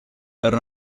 era